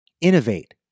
innovate